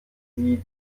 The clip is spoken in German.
sie